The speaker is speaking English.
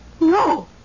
No